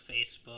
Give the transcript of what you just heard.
facebook